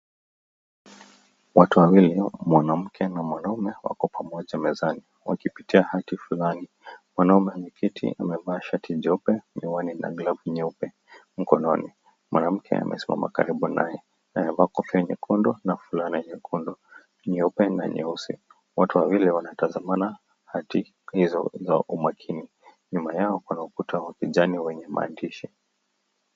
Watu wawili mwanamke na mwanaume wako pamoja mezani wakipitia hati fulani , mwanaume ameketi amevaa shati jeupe, miwani na glavu nyeupe mkononi, mwanamke amesimama karibu naye amevaa kofia nyekundu na fulana ya nyekundu ,nyeupe na nyeusi, watu wawili wanatazama hati hizo zao kwa umakini nyuma yao kuna ukuta wa kijani wenye maandishi.